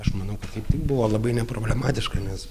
aš manau kad tai buvo labai neproblematiška nes